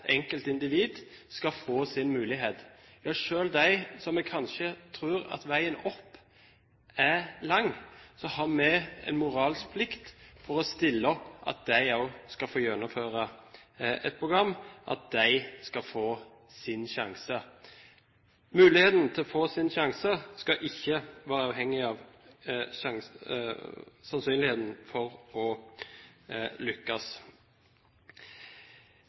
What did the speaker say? veien opp er lang for, har vi en moralsk plikt til å stille opp, slik at de også får gjennomføre et program, at de får sin sjanse. Muligheten til å få sin sjanse skal ikke være avhengig av sannsynligheten for å lykkes.